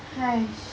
!hais!